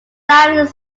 lives